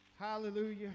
hallelujah